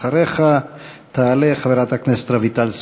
אחריך תעלה חברת הכנסת רויטל סויד.